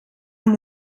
amb